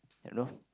you know